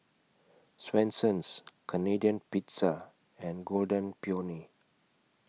Swensens Canadian Pizza and Golden Peony